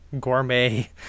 gourmet